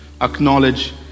acknowledge